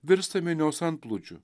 virsta minios antplūdžiu